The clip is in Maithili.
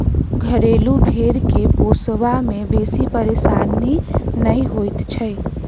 घरेलू भेंड़ के पोसबा मे बेसी परेशानी नै होइत छै